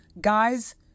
guys